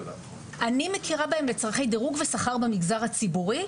אני מכירה בהם לצרכי דירוג שכר במגזר הציבורי.